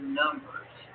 numbers